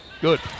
good